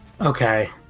okay